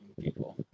people